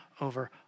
over